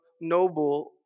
noble